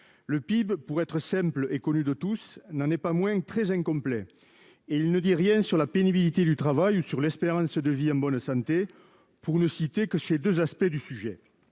Le PIB pour être simple et connu de tous, n'en est pas moins très incomplet et il ne dit rien sur la pénibilité du travail sur l'espérance de vie en bonne santé, pour ne citer que ces 2 aspects du sujet